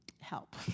help